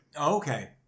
Okay